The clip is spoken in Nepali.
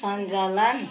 सञ्चालन